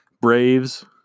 Braves